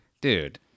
Dude